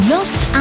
Lost